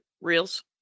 reels